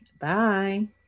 bye